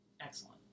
excellent